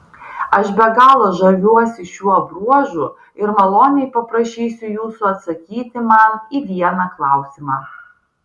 aš be galo žaviuosi šiuo bruožu ir maloniai paprašysiu jūsų atsakyti man į vieną klausimą